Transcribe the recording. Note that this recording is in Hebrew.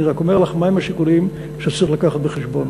אני רק אומר לך מה הם השיקולים שצריך להביא בחשבון.